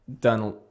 done